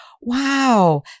wow